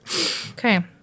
Okay